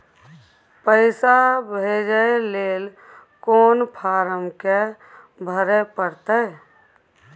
पैसा भेजय लेल कोन फारम के भरय परतै?